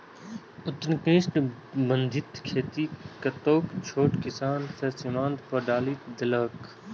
उष्णकटिबंधीय खेती कतेको छोट किसान कें सीमांत पर डालि देलकै